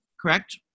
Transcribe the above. correct